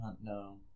no